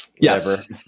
Yes